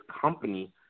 company